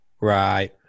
Right